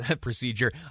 procedure